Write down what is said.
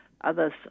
Others